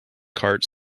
cart